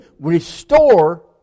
Restore